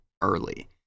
early